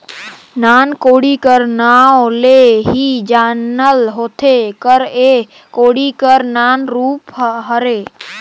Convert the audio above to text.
नान कोड़ी कर नाव ले ही जानल होथे कर एह कोड़ी कर नान रूप हरे